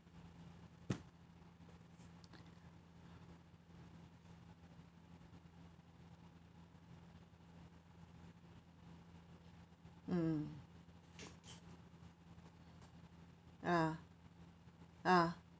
mm ah ah